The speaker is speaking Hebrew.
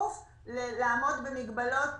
בכפוף לעמידה במגבלות